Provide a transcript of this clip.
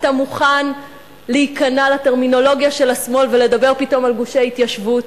אתה מוכן להיכנע לטרמינולוגיה של השמאל ולדבר פתאום על גושי ההתיישבות?